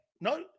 no